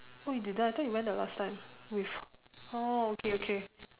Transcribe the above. oh you didn't I thought you went the last time with oh okay okay